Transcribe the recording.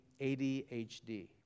ADHD